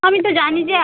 আমি তো জানি যে